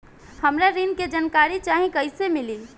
हमरा ऋण के जानकारी चाही कइसे मिली?